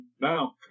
Now